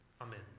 amen